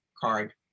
card